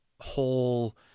whole